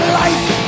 life